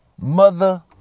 mother